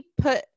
put